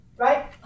Right